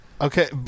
Okay